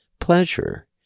pleasure